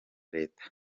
leta